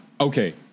okay